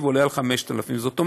משמעותי, ועולה על 5,000. זאת אומרת,